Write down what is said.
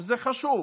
וזה חשוב.